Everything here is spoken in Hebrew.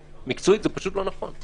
מקצועית זה פשוט לא נכון.